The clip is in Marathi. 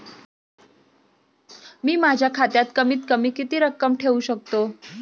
मी माझ्या खात्यात कमीत कमी किती रक्कम ठेऊ शकतो?